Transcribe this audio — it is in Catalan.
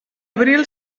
abril